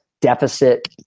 deficit